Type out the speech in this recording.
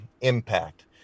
impact